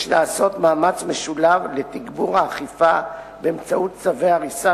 יש לעשות מאמץ משולב לתגבור האכיפה באמצעות צווי הריסה